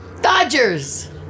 Dodgers